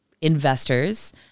investors